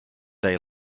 day